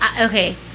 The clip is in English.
okay